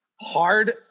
hard